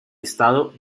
estado